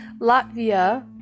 Latvia